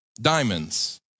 Diamonds